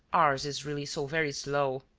ours is really so very slow.